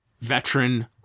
veteran